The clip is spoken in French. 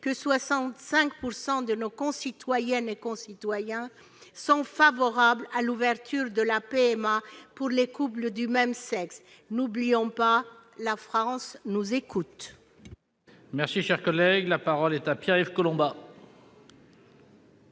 que 65 % de nos concitoyennes et concitoyens sont favorables à l'ouverture de la PMA aux couples de même sexe. Ne l'oublions pas : la France nous écoute